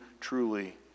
truly